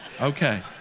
okay